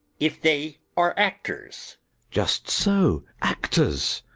if they are actors just so actors!